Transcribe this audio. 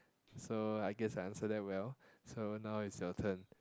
so I guess I answered that well so now is your turn